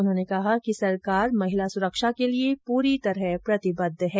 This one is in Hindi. उन्होंने कहा कि सरकार महिला सुरक्षा के लिये पूरी तरह प्रतिबद्ध है